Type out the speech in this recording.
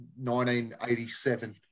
1987